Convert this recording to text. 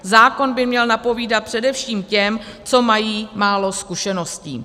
Zákon by měl napovídat především těm, co mají málo zkušeností.